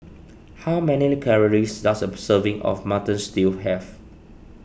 how many calories does of serving of Mutton Stew have